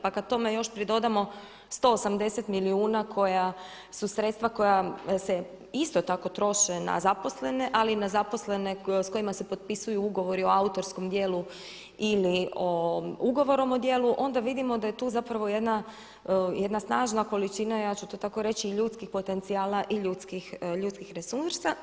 Pa kad tome još pridodamo 180 milijuna koja su sredstva koja se isto tako troše na zaposlene, ali i na zaposlene s kojima se potpisuju ugovori o autorskom djelu ili o ugovorom o djelu, onda vidimo da je tu zapravo jedna snažna količina ja ću to tako reći i ljudskih potencijala i ljudskih resursa.